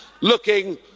looking